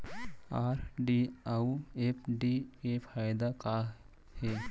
RD अऊ FD के फायेदा का हे?